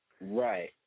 Right